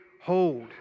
hold